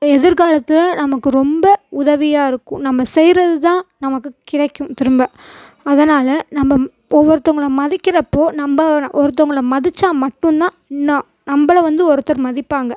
எதிர்காலத்தில் நமக்கு ரொம்ப உதவியாக இருக்கும் நம்ம செய்கிறது தான் நமக்கு கிடைக்கும் திரும்ப அதனால் நம்ம ஒவ்வொருத்தங்கள மதிக்கிறப்போ நம்ம ஒருத்தங்கள மதிச்சால் மட்டும் தான் நான் நம்மள வந்து ஒருத்தர் மதிப்பாங்கள்